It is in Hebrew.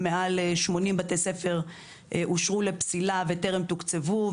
מעל 80 בתי ספר אושרו לפסילה וטרם תוקצבו,